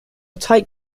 tight